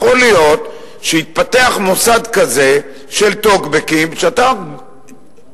יכול להיות שיתפתח מוסד כזה של טוקבקים אנונימיים